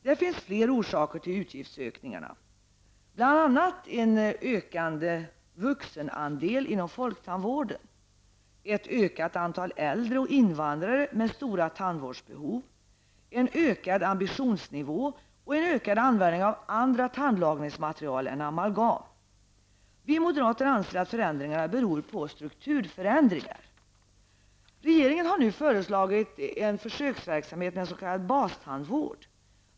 Det finns flera orsaker till utgiftsökningarna, bl.a. en ökad vuxenandel inom folktandvården, ett ökat antal äldre och invandrare med stora tandvårdsbehov, en ökad ambitionsnivå och en ökad användning av andra tandlagningsmaterial än amalgam. Vi moderater anser att förändringarna beror på strukturförändringar. Regeringen har nu föreslagit att försöksverksamhet med s.k. bastandvård skall införas.